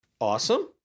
Awesome